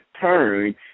turn